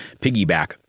piggyback